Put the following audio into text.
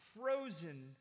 frozen